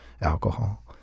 alcohol